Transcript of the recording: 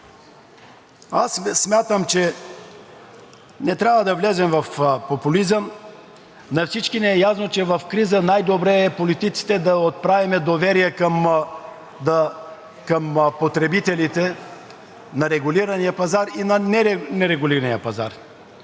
Аз смятам, че не трябва да влизаме в популизъм. На всички ни е ясно, че в криза най-добре е политиците да отправим доверие към потребителите на регулирания и нерегулирания пазар,